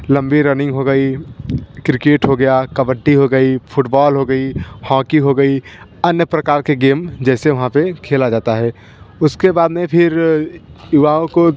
लंबी रनिंग हो गई क्रिकेट हो गया कबड्डी हो गई फुटबॉल हो गया हॉकी हो गई अन्य प्रकार के गेम जैसे वहाँ पर खेला जाता है उसके बाद में फिर युवाओं को